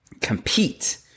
compete